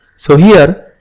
so, here,